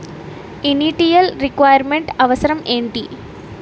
Initial requirement అవసరం ఎంటి?